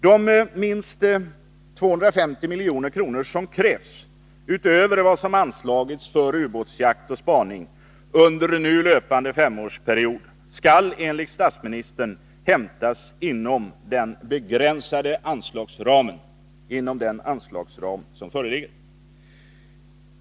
De minst 250 milj.kr. som krävs, utöver vad som anslagits för ubåtsjakt och spaning under nu löpande femårsperiod, skall enligt statsministern hämtas inom den begränsade anslagsram som föreligger.